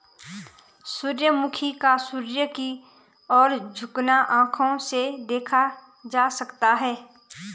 सूर्यमुखी का सूर्य की ओर झुकना आंखों से देखा जा सकता है